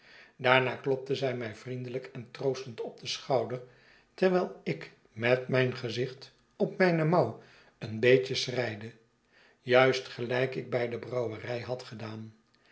baarna klopte zij mij vriendelijk en troostend op den schouder terwijl ik met mijn gezicht op mijne mouw een beetje schreide juist gelijk ik bij de brouwerij had gedaan